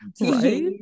Right